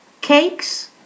cakes